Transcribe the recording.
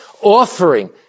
offering